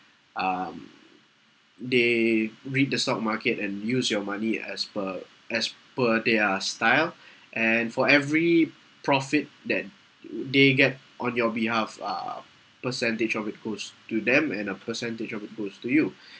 um they read the stock market and use your money as per as per their style and for every profit that they'd they get on your behalf uh percentage of it goes to them and a percentage of it goes to you